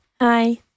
Hi